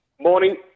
morning